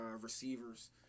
receivers